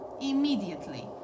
immediately